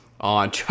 on